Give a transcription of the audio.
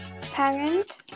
Parent